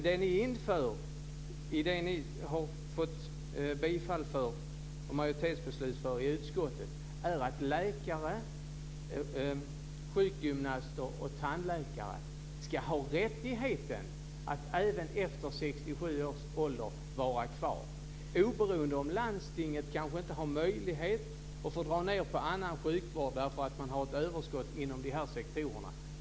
Det ni inför i det som ni har fått majoritet för i utskottet är att läkare, sjukgymnaster och tandläkare ska ha rättigheten att även efter 67 års ålder vara kvar, oberoende om landstinget har möjlighet till det och får dra ned på annan sjukvård därför att man har överskott inom de här sektorerna.